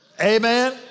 Amen